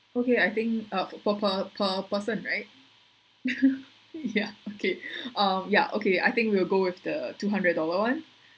okay I think uh per per per person right ya okay um ya okay I think we'll go with the two hundred dollar [one]